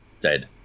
Dead